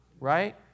right